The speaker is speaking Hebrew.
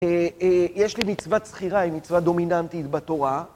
יש לי מצוות סחירה, היא מצוות דומיננטית בתורה.